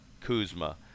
Kuzma